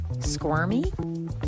squirmy